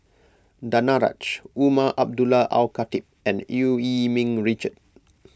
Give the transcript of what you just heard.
Danaraj Umar Abdullah Al Khatib and Eu Yee Ming Richard